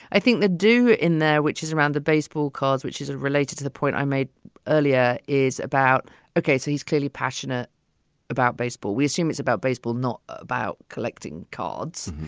i think they do in there, which is around the baseball cause, which is related to the point i made earlier, is about okay so he's clearly passionate about baseball. we assume it's about baseball, not about collecting cards.